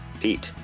pete